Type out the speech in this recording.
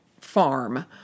farm